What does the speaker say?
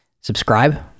Subscribe